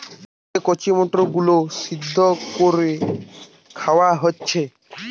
যে কচি মটর গুলো সিদ্ধ কোরে খাওয়া হচ্ছে